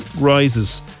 rises